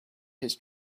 his